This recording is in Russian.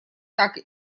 так